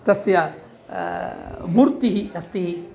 तस्य मूर्तिः अस्ति